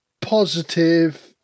positive